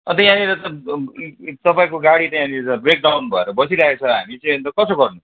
अन्त यहाँनिर त तपाईँको गाडी त यहाँनिर ब्रेकडाउन भएर बसिरहेको छ हामी चाहिँ अन्त कसो गर्नु